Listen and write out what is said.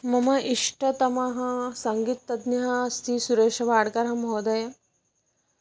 मम इष्टतमः सङ्गीतज्ञः अस्ति सुरेश वाड्करः महोदयः